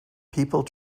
people